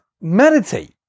meditate